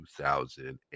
2008